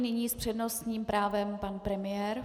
Nyní s přednostním právem pan premiér.